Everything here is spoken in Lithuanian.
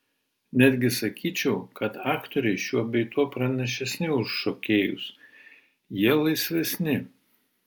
netgi sakyčiau kad aktoriai šiuo bei tuo pranašesni už šokėjus jie laisvesni